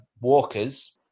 walkers